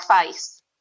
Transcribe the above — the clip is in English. face